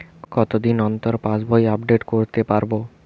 কতদিন অন্তর পাশবই আপডেট করতে পারব?